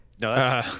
No